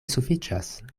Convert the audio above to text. sufiĉas